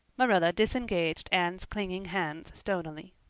marilla disengaged anne's clinging hands stonily.